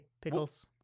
pickles